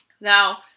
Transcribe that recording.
Now